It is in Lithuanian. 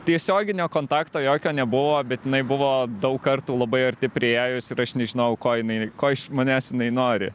tiesioginio kontakto jokio nebuvo bet jinai buvo daug kartų labai arti priėjus ir aš nežinojau ko jinai ko iš manęs jinai nori